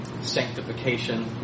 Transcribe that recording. sanctification